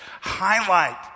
highlight